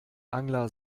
angler